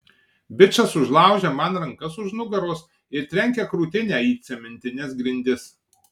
bičas užlaužia man rankas už nugaros ir trenkia krūtinę į cementines grindis